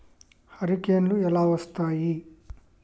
హరికేన్లు ఎలా వస్తాయి?